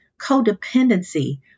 codependency